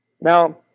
Now